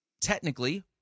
technically